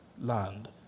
land